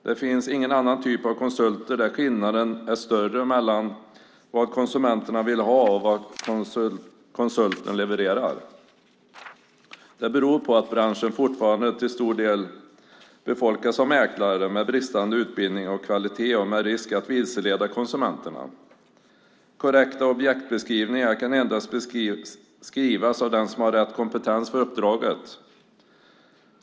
Det finns ingen annan typ av konsulter där skillnaden är större mellan vad konsumenterna vill ha och vad konsulten levererar. Det beror på att branschen fortfarande till stor del befolkas av mäklare med bristande utbildning och kvalitet som riskerar att vilseleda konsumenterna. Korrekta objektsbeskrivningar kan endast skrivas av den som har rätt kompetens för uppdraget .